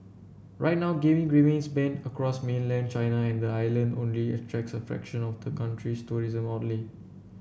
right now gaming remains banned across mainland China and the island only attracts a fraction of the country's tourism outlay